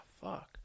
fuck